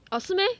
orh 是 meh